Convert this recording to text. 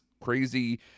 crazy